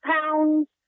pounds